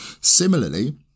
Similarly